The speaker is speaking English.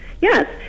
Yes